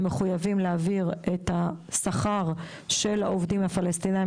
הם מחויבים להעביר את השכר של העובדים הפלשתינאים